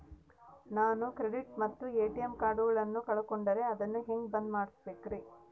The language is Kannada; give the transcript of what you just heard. ನಾನು ಕ್ರೆಡಿಟ್ ಮತ್ತ ಎ.ಟಿ.ಎಂ ಕಾರ್ಡಗಳನ್ನು ಕಳಕೊಂಡರೆ ಅದನ್ನು ಹೆಂಗೆ ಬಂದ್ ಮಾಡಿಸಬೇಕ್ರಿ?